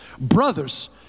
Brothers